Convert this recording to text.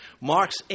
Mark's